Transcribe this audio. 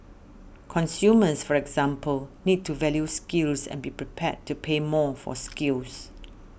consumers for example need to value skills and be prepared to pay more for skills